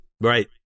right